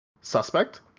suspect